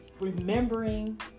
remembering